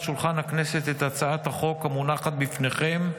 על שולחן הכנסת את הצעת החוק המונחת בפניכם,